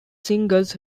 singles